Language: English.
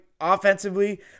offensively